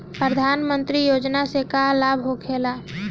प्रधानमंत्री योजना से का लाभ होखेला?